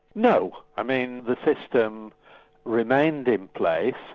no. i mean the system remained in place.